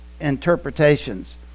interpretations